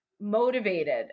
motivated